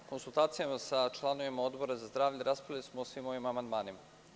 U konsultacijama sa članovima Odbora za zdravlje sam raspravljao o svim ovim amandmanima.